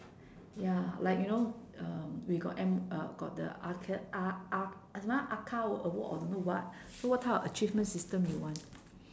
ya like you know um we got M uh got the ECHA E~ E~ what ECHA award or don't know what so what type of achievement system do you want